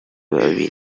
babiri